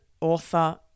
author